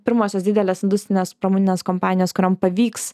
pirmosios didelės industrinės pramoninės kompanijos kuriom pavyks